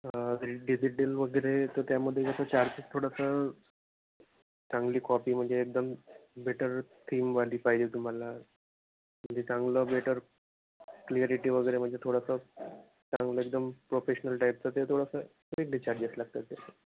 digital वगैरे तर त्यामध्ये चार्जेस थोडंसं चांगली कॉपी म्हणजे एकदम बेटर थीमवाली पाहिजे तुम्हाला म्हणजे चांगलं बेटर क्लिअरिटी वगैरे म्हणजे थोडंसं चांगलं एकदम प्रोफेशनल टाईपचं ते थोडंसं वेगळे चार्जेस लागतात त्याचे